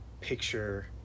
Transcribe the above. picture